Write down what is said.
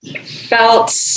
felt